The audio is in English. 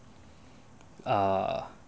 err